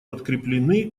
подкреплены